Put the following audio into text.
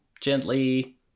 gently